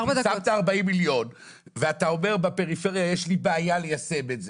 השגת 40 מיליון ואתה אומר בפריפריה יש לי בעיה ליישם את זה.